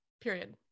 Period